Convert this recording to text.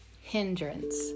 hindrance